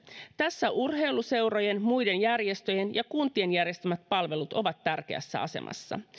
tässä urheiluseurojen muiden järjestöjen ja kuntien järjestämät palvelut ovat tärkeässä asemassa